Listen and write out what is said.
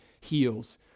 heals